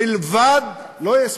לא יספיק,